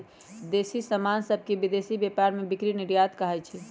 देसी समान सभके विदेशी व्यापार में बिक्री निर्यात कहाइ छै